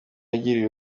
yagiriye